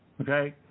Okay